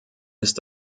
ist